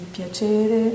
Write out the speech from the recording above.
piacere